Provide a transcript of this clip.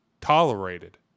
tolerated